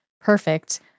perfect